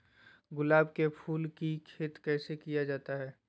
गुलाब के फूल की खेत कैसे किया जाता है?